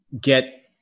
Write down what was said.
get